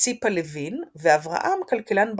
לציפה לוין ואברהם, כלכלן בכיר,